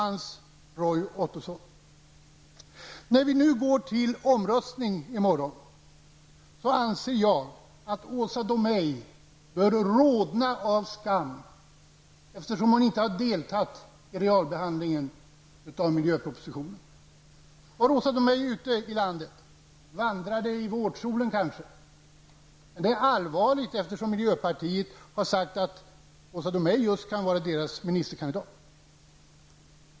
När vi nu går till omröstning i morgon, anser jag att Åsa Domeij bör rodna av skam, eftersom hon inte har deltagit i realbehandlingen av miljöpropositionen. Var Åsa Domeij ute i landet? Vandrade hon kanske i vårsolen? Det är allvarligt, eftersom miljöpartiet har sagt att Åsa Domeij kan bli deras ministerkandidat.